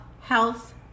health